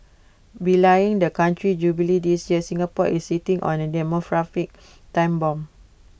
belying the country's jubilee this year Singapore is sitting on A demographic time bomb